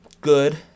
good